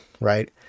right